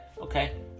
okay